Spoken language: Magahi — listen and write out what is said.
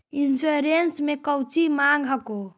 इंश्योरेंस मे कौची माँग हको?